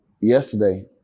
yesterday